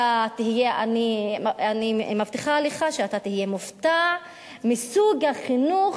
אני מבטיחה לך שאתה תהיה מופתע מסוג החינוך,